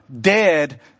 dead